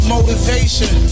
motivation